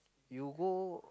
you go